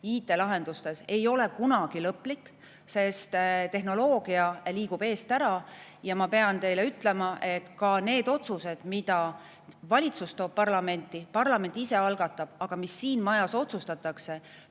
IT‑lahendustes ei ole kunagi lõplik, sest tehnoloogia liigub eest ära. Ja ma pean teile ütlema, et ka need otsused, mida valitsus toob parlamenti, parlament ise algatab, aga mis siin majas otsustatakse,